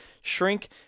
shrink